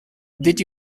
did